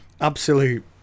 absolute